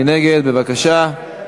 מי